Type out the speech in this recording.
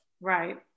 Right